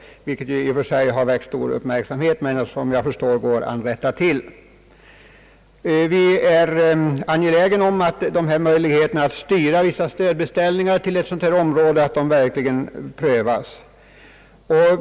Detta har i och för sig väckt stor uppmärksamhet, men det går som jag förstår att rätta till. Vi är angelägna om att dessa möjligheter att styra vissa stödbeställningar till ett sådant område som detta verkligen prövas.